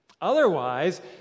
Otherwise